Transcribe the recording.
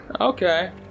Okay